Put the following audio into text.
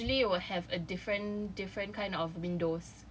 like usually will have a different different kind of windows